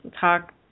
talk